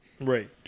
Right